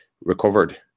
recovered